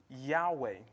Yahweh